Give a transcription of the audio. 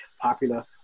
popular